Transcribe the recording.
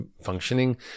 functioning